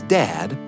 dad